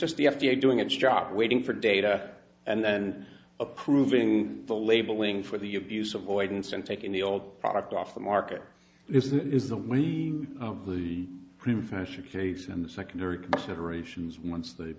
just the f d a doing its job waiting for data and then approving the labeling for the abuse avoidance and taking the old product off the market this is the way the the or case in the secondary considerations once the